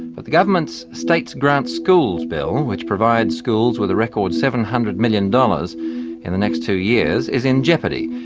but the government's states grants schools bill, which provides schools with a record seven hundred million dollars in the next two years is in jeopardy.